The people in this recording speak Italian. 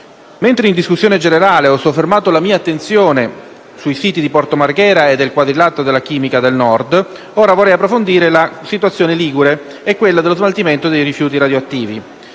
Mentre in discussione generale ho soffermato la mia attenzione sui siti di Porto Marghera e del Quadrilatero della chimica del Nord, ora vorrei approfondire la situazione ligure e quella dello smaltimento dei rifiuti radioattivi.